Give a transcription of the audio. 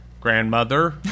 grandmother